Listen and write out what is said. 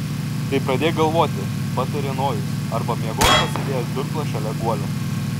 tai pradėk galvoti patarė nojus arba miegok pasidėjęs durklą šalia guolio